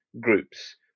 groups